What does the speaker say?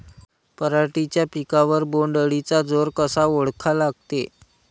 पराटीच्या पिकावर बोण्ड अळीचा जोर कसा ओळखा लागते?